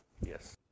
Yes